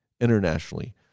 internationally